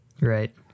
Right